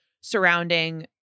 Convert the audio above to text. surrounding